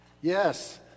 Yes